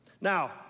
Now